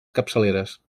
capçaleres